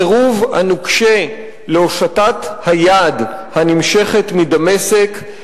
הסירוב הנוקשה להושטת היד הנמשכת מדמשק,